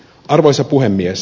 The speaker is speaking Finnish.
arvoisa puhemies